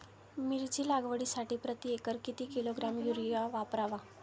मिरची लागवडीसाठी प्रति एकर किती किलोग्रॅम युरिया वापरावा?